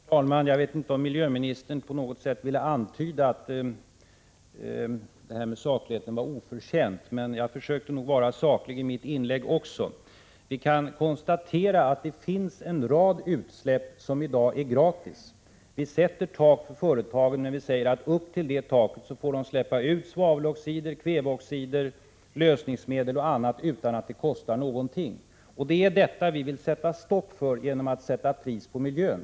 Herr talman! Jag vet inte om energioch miljöministern på något sätt ville antyda att detta med sakligheten var oförtjänt. Jag försökte nog vara saklig i mitt inlägg också. Vi kan konstatera att det finns en rad utsläpp som i dag är gratis. Vi sätter tak för företagens utsläpp när vi säger att de upp till detta tak får släppa ut svaveloxider, kväveoxider, lösningsmedel och annat utan att det kostar någonting. Det är detta som vi vill sätta stopp för genom att sätta ett pris på miljön.